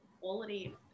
quality